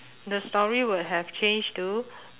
the story would have changed to